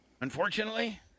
Unfortunately